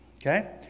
okay